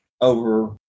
over